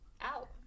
out